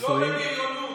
תמיד בהסכמה.